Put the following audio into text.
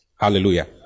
hallelujah